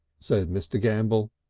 said mr. gambell.